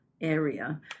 area